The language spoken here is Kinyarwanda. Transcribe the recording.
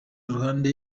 ruhande